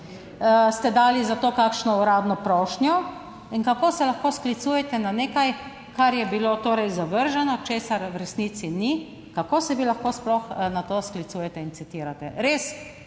Ste dali za to kakšno uradno prošnjo? In kako se lahko sklicujete na nekaj, kar je bilo torej zavrženo, česar v resnici ni? Kako se vi lahko sploh na to sklicujete in citirate? Res.